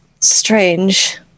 Strange